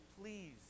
please